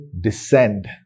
descend